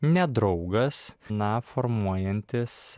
ne draugas na formuojantis